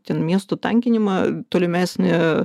ten miestų tankinimą tolimesnį